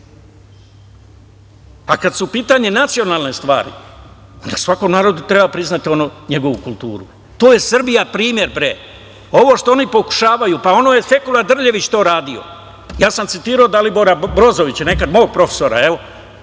su u pitanju nacionalne stvari, svakom narodu treba priznati njegovu kulturu, to je Srbija primer. Ovo što oni pokušavaju, pa ono je Sekula Drljević to radio. Ja sam citirao Dalibora Brozovića, nekada mog profesora, šta